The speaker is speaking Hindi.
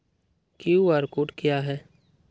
क्यू.आर कोड क्या है?